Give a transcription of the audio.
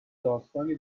داستانی